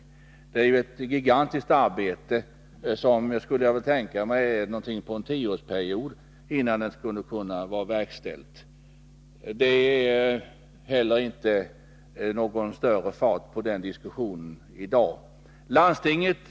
Ett järnvägsbygge vore ett gigantiskt arbete, som jag skulle kunna tänka mig fick pågå under en tioårsperiod, innan det kunde vara klart. Det är heller inte någon större fart på den diskussionen i dag.